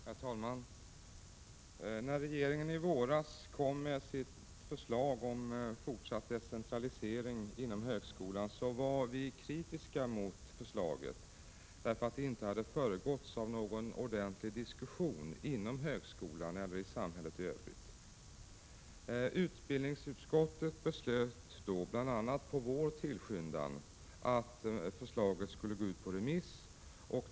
Herr talman! När regeringen i våras kom med förslag om fortsatt decentralisering inom högskolan, var vi kritiska mot förslaget, därför att det inte hade föregåtts av någon ordentlig diskussion inom högskolan eller i samhället i övrigt. Utbildningsutskottet beslöt då, bl.a. på vår tillskyndan, att förslaget skulle gå ut på remiss.